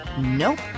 Nope